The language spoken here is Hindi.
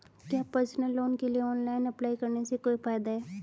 क्या पर्सनल लोन के लिए ऑनलाइन अप्लाई करने से कोई फायदा है?